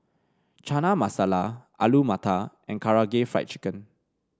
Chana Masala Alu Matar and Karaage Fried Chicken